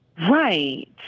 Right